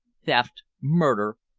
theft, murder,